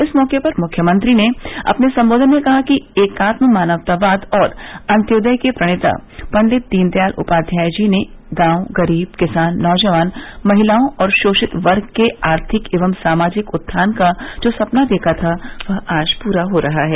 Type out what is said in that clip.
इस मौके पर मुख्यमंत्री ने अपने संबोधन में कहा कि एकात्म मानववाद और अन्त्योदय के प्रणेता पंडित दीनदयाल उपाध्याय जी ने गांव गरीब किसान नौजवान महिलाओं और शोषित वर्ग के आर्थिक एवं सामाजिक उत्थान का जो सपना देखा था वह आज पूरा हो रहा है